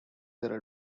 their